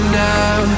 now